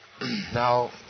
Now